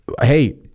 Hey